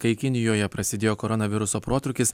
kai kinijoje prasidėjo koronaviruso protrūkis